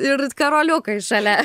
ir karoliukai šalia